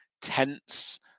tense